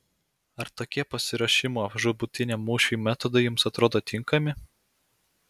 ar tokie pasiruošimo žūtbūtiniam mūšiui metodai jums atrodo tinkami